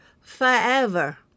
forever